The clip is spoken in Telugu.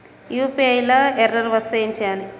యూ.పీ.ఐ లా ఎర్రర్ వస్తే ఏం చేయాలి?